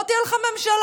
לא תהיה לך ממשלה.